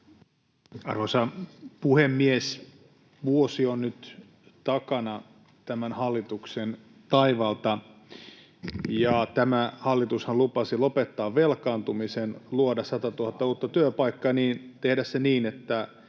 Arvoisa puhemies! Vuosi on nyt takana tämän hallituksen taivalta, ja tämä hallitushan lupasi lopettaa velkaantumisen, luoda 100 000 uutta työpaikkaa ja tehdä sen niin, että